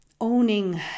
owning